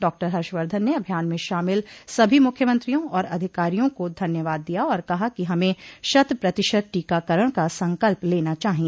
doctor Harshvardhan ने अभियान में शामिल सभी मुख्यमंत्रियों और अधिकारियों को धन्यवाद दिया और कहा कि हमें शत प्रतिशत टीकाकरण का संकल्प लेना चाहिए